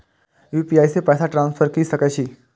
UPI से पैसा transfer की सके छी?